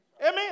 Amen